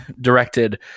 directed